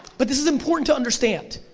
but this is important to understand.